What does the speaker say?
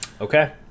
Okay